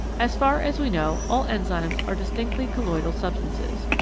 as far as we know all enzymes are distinctly colloidal substances.